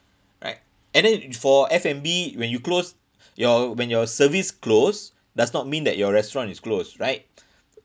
right and then for F&B when you close your when your service close does not mean that your restaurant is closed right